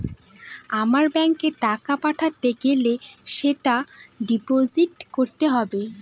আমার ব্যাঙ্কে টাকা পাঠাতে গেলে সেটা ডিপোজিট করতে হবে